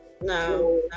No